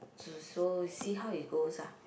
so see how it goes ah